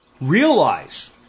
realize